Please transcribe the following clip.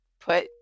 put